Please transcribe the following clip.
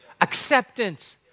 acceptance